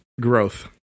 Growth